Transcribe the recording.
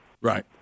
Right